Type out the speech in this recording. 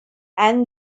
and